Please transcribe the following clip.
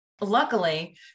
Luckily